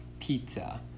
pizza